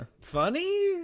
funny